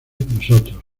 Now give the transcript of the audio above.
nosotros